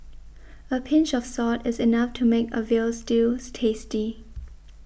a pinch of salt is enough to make a Veal Stews tasty